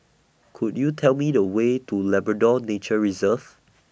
Could YOU Tell Me The Way to Labrador Nature Reserve